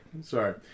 sorry